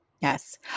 Yes